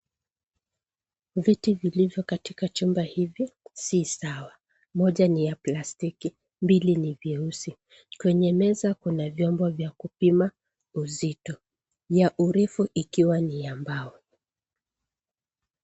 Viti vilivyo katika chumba hiki si sawa. Moja ni ya plastiki, mbili ni vyuesi. Kwenye meza kuna vyombo vya kupima uzito ya urefi ikiwa ni ya mbao.